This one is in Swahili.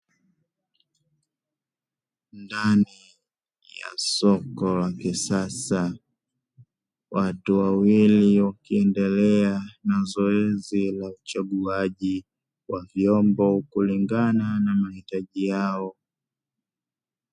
Ndani ya soko la kisasa, watu wawili wakiendelea na zoezi la uchambuaji wa vyombo kulingana na mahitaji yao.